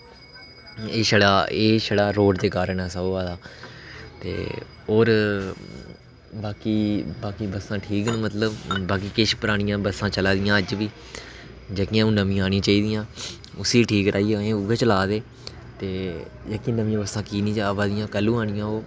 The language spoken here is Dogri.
एह् छड़ा एह् छड़ा रोड़ दे कारण ऐसा होआ दा ते होर बाकी बाकी बस्सां ठीक न मतलब ते बाकी किश परानियां बस्सां चला दियां अज्ज बी जेह्कियां हून नमियां औना चाहिदियां उसी ठीक कराइयै ऐहीं उ'ऐ चला दे लेकिन नमियां बस्सां कीऽ निं आवा दियां कैह्लूं औनियां ओह्